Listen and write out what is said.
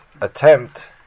attempt